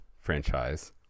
franchise